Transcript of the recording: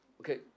Okay